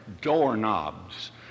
doorknobs